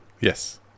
yes